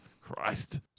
Christ